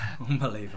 unbelievable